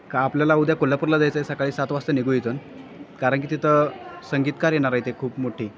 का आपल्याला उद्या कोल्हापूरला जायचं आहे सकाळी सात वाजता निघू इथून कारण की तिथं संगीतकार येणार आहेत एक खूप मोठी